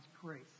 grace